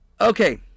okay